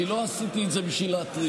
כי לא עשיתי את זה בשביל להתריס.